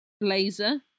blazer